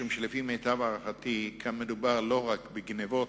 משום שלפי מיטב הערכתי כאן מדובר לא רק בגנבות,